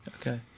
Okay